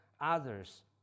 others